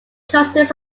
consists